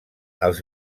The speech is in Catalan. els